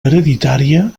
hereditària